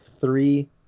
three